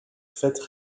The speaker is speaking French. faites